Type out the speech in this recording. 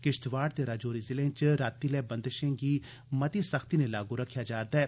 किश्तवाड़ ते राजौरी ज़िलें च रातीं लै बंदशें गी मती सख्ती नै लागू रखेआ जा'रदा ऐ